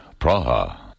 Praha